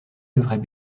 devraient